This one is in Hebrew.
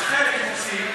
אז חלק הם מוציאים,